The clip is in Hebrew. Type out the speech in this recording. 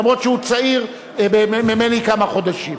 אף שהוא צעיר ממני בכמה חודשים.